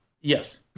Yes